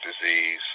disease